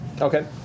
Okay